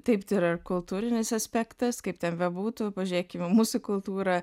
taip tai yra ir kultūrinis aspektas kaip ten bebūtų pažiūrėkim į mūsų kultūrą